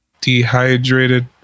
dehydrated